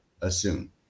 assume